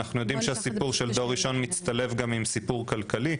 אנחנו יודעים שהסיפור של דור ראשון מצטלב גם עם סיפור כלכלי,